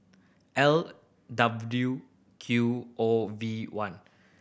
L W Q O V one